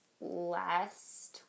last